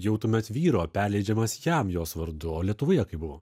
jau tuomet vyro perleidžiamas jam jos vardu o lietuvoje kaip buvo